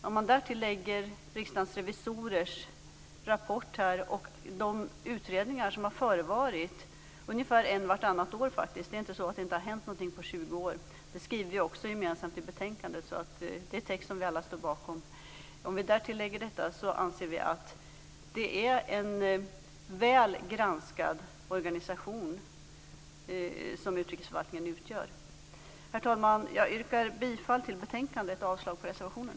Om man därtill lägger Riksdagens revisorers rapport och de utredningar som har förevarit, ungefär en vartannat år faktiskt - det är inte så att det inte har hänt någonting på 20 år, som vi gemensamt också skriver i betänkandet - anser vi att utrikesförvaltningen utgör en väl granskad organisation. Herr talman! Jag yrkar bifall till utskottets hemställan och avslag på reservationen.